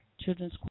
Children's